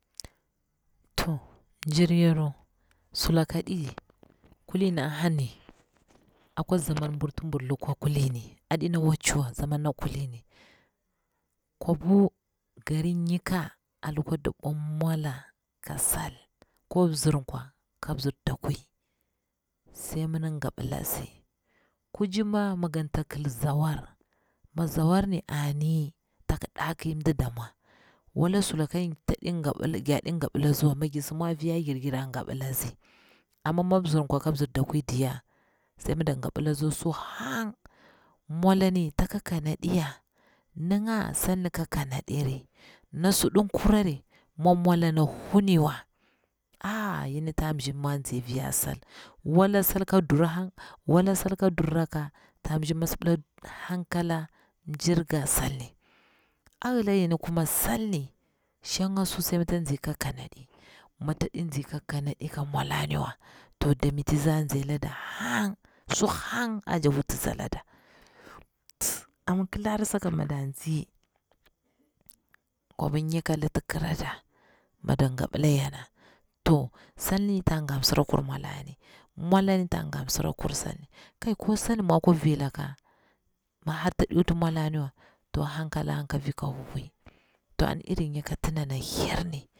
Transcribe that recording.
Toh mjir yaru sulaka ɗi, kulini a hani akwa zaman bwur ti bur lukwa kulinni aɗi na wacci wa, zaman na kulini, kwa bu garin nikah alukwa dabwa mwa la ka sal, ko mzirnkwa ka mzirda kwi, sai mi ding gabila tsi, kucima mi ganta kil zawar, mi zawar ni ani tak ɗa kiy mdidamwa, wala sulaka ntaɗi gabila gya din gabilawa, mi gir ki si mwa ofiya giri, gira gabilla tsi, amma mi mzir kwa ka mzir dakwi diya sai midang gabillatsi su hang, mwalani taka kanaɗi ya, ni nga salni ka kənaɗiri. Na sudu kurari mi mwalani nahuni wa ah yini tan ta mshing mwa tsi afiya sal, wala sal ka dura hang, wala sal ka duru rakka ta mji masbila hanka la mjir ga salni. ayila yini kuma salni shanga su sai mi tanzi ka kanadi mi tading zi ka kanadi ka mwolaniwa to dametizi ang zailada hang su hang ajawutuzi lada ama kilara saka mi dang zi kwabi ka nika likati kirada mi dang ga bila yanang to salni ta gam msurakur molani mwolanni tang gam msurakur salni kai ko salni mwo kwa filaka mi har tadi wutu mwolaniwa to hankalan nkafi ka huhuwi to an iri nika tindana hirni